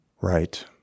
Right